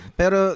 pero